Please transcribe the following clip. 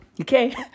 Okay